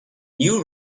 new